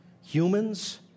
humans